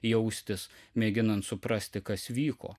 jaustis mėginant suprasti kas vyko